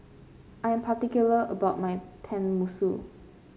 I am particular about my Tenmusu